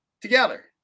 together